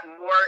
more